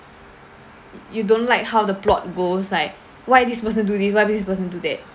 you don't like how the plot goes like why this person do this why this person do that